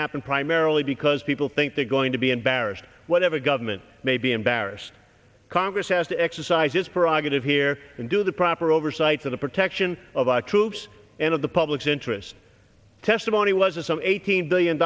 happen primarily because people think they're going to be embarrassed whatever government may be embarrassed congress has to exercise its prerogative here and do the proper oversight for the protection of our troops and of the public's interest testimony was a some eight hundred billion